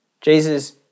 Jesus